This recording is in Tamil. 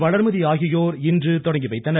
வளர்மதி ஆகியோர் இன்று தொடங்கிவைத்தனர்